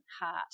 heart